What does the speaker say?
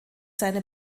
seine